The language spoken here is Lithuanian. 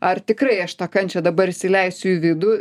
ar tikrai aš tą kančią dabar įsileisiu į vidų